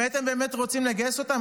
אם הייתם באמת רוצים לגייס אותם,